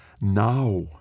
Now